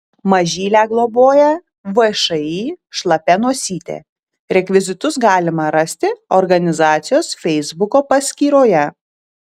mažylę globoja všį šlapia nosytė rekvizitus galima rasti organizacijos feisbuko paskyroje